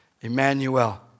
Emmanuel